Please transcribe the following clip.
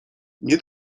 nie